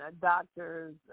doctors